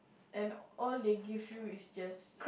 and all they give you is just